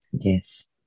Yes